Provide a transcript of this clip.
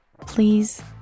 please